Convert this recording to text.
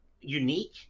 unique